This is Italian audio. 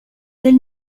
del